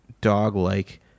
dog-like